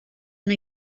and